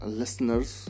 listeners